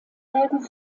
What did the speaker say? werke